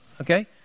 okay